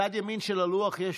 בצד ימין של הלוח יש